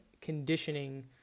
conditioning